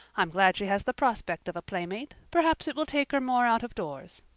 i'm glad she has the prospect of a playmate perhaps it will take her more out-of-doors.